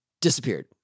disappeared